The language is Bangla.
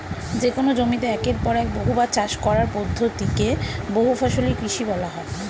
যেকোন জমিতে একের পর এক বহুবার চাষ করার পদ্ধতি কে বহুফসলি কৃষি বলা হয়